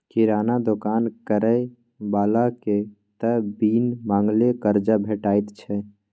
किराना दोकान करय बलाकेँ त बिन मांगले करजा भेटैत छै